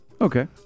okay